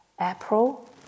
April